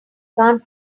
can’t